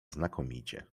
znakomicie